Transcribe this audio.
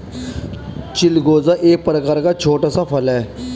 चिलगोजा एक प्रकार का छोटा सा फल है